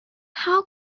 how